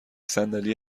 صندلی